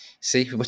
See